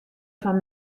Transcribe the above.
fan